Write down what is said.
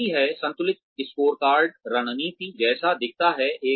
यह वही है संतुलित स्कोरकार्ड रणनीति जैसा दिखता है